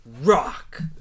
rock